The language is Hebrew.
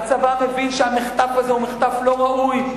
הצבא מבין שהמחטף הזה הוא מחטף לא ראוי,